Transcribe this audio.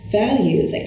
values